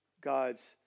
God's